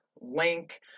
link